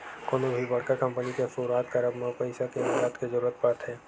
कोनो भी बड़का कंपनी के सुरुवात करब म पइसा के नँगत के जरुरत पड़थे